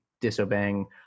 disobeying